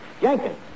Jenkins